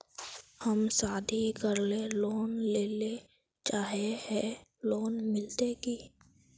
हम शादी करले लोन लेले चाहे है लोन मिलते की?